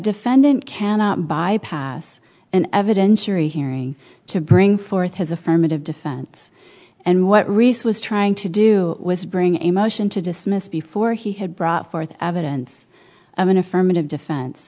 defendant cannot bypass an evidentiary hearing to bring forth his affirmative defense and what reese was trying to do was bring a motion to dismiss before he had brought forth evidence of an affirmative defense